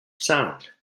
sound